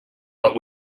but